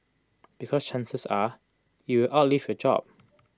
because chances are you will outlive your job